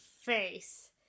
face